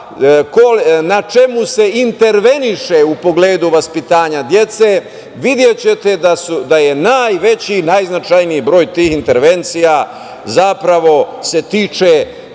na čemu se interveniše u pogledu vaspitanja dece videćete da se najveći i najznačajniji broj tih intervencija tiče